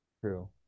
True